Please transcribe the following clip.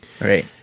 Right